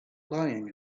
lying